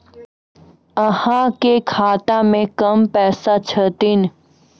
अहाँ के खाता मे कम पैसा छथिन?